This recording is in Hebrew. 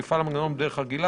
יפעל המנגנון בדרך הרגילה.